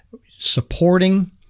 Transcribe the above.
supporting